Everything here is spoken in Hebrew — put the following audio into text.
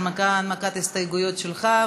הנמקת ההסתייגות שלך,